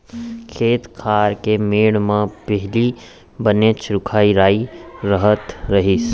खेत खार के मेढ़ म पहिली बनेच रूख राई रहत रहिस